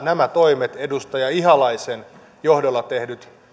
nämä toimet edustaja ihalaisen johdolla tehdyt